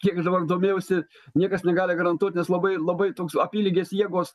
kiek aš dabar domėjausi niekas negali garantuot nes labai labai toks apylygės jėgos